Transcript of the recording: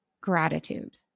gratitude